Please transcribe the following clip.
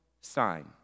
sign